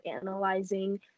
analyzing